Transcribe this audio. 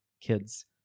kids